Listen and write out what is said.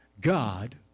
God